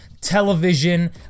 television